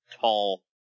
tall